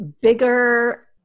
bigger